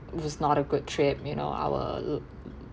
it was not a good trip you know our